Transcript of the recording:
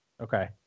Okay